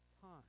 time